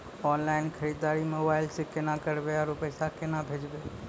Online खरीददारी mobile से केना करबै, आरु पैसा केना भेजबै?